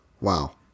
Wow